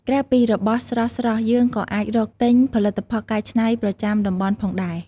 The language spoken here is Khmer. ក្រៅពីរបស់ស្រស់ៗ យើងក៏អាចរកទិញផលិតផលកែច្នៃប្រចាំតំបន់ផងដែរ។